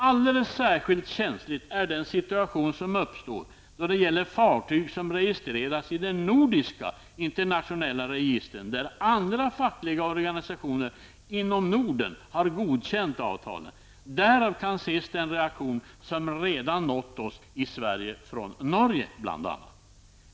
Alldeles särskilt känslig är den situation som uppstår då det gäller fartyg som registreras i de nordiska internationella registren, där andra fackliga organisationer inom Norden har godkänt avtalen. Därav kan ses den reaktion som redan nått oss i Sverige, från bl.a. Norge.